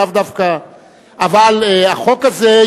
אבל החוק הזה,